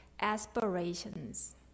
aspirations